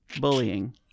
Bullying